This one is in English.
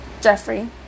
Jeffrey